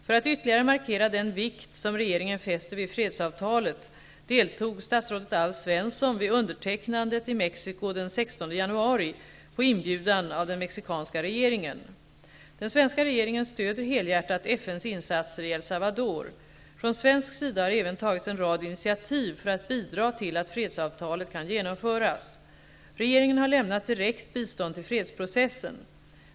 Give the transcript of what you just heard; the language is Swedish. För att ytterligare markera den vikt som regeringen fäster vid fredsavtalet deltog statsrådet Alf Svensson vid undertecknandet i Den svenska regeringen stöder helhjärtat FN:s insatser i El Salvador. Från svensk sida har även tagits en rad initiativ för att bidra till att fredsavtalet kan genomföras. Regeringen har lämnat direkt bistånd till fredsprocessen.